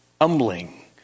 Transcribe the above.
humbling